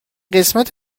قسمت